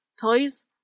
toys